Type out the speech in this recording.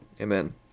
Amen